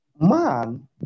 man